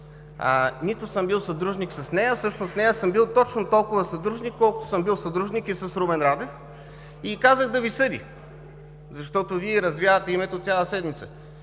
нито съм бил съдружник с нея. С нея съм бил точно толкова съдружник, колкото съм бил съдружник и с Румен Радев, и й казах да Ви съди, защото Вие развявате името й цяла седмица.